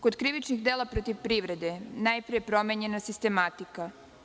Kod krivičnih dela protiv privrede najpre je promenjena sistematika.